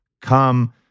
come